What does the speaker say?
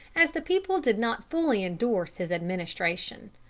as the people did not fully endorse his administration.